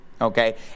okay